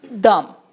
dumb